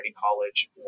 college